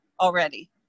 already